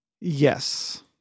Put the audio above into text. Yes